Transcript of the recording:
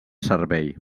servei